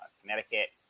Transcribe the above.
Connecticut